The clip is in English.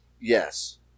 yes